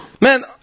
Man